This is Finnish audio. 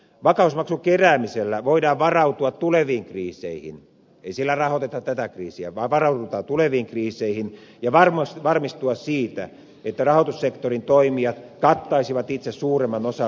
vakausmaksun keräämisellä voidaan varautua tuleviin kriiseihin ei sillä rahoiteta tätä kriisiä vaan varaudutaan tuleviin kriiseihin ja varmistua siitä että rahoitussektorin toimijat kattaisivat itse suuremman osan rahoituskriisien kustannuksista